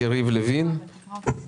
שלום רב, אני מתכבד לפתוח את הישיבה.